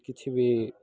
କିଛି ବି